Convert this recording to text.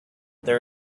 there